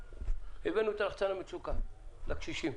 הבאנו את לחצן המצוקה לקשישים,